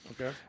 Okay